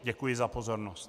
Děkuji za pozornost.